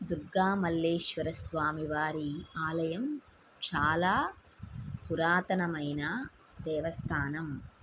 దుర్గా మల్లేశ్వర స్వామి వారి ఆలయం చాలా పురాతనమైన దేవస్థానం